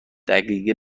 دقیقه